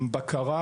עם בקרה,